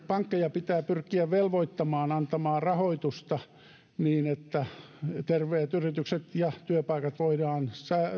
pankkeja pitää pyrkiä velvoittamaan antamaan rahoitusta niin että terveet yritykset ja työpaikat voidaan